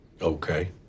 Okay